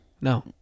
No